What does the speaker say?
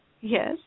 Yes